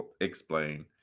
explain